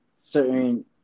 certain